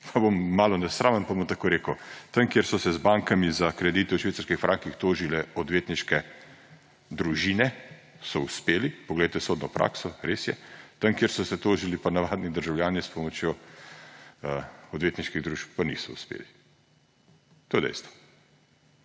Pa bom malo nesramen pa bom tako rekel: tam, kjer so se z bankami za kredite v švicarskih frankih tožile odvetniške družine, so uspeli. Poglejte sodno prakso, res je. Tam, kjer so se tožili pa navadni državljani s pomočjo odvetniških družb, pa niso uspeli. To je dejstvo.